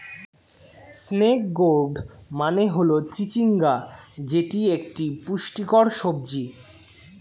snake gourd মানে হল চিচিঙ্গা যেটি একটি পুষ্টিকর সবজি